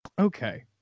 Okay